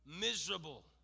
miserable